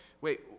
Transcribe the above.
wait